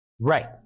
right